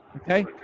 Okay